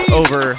over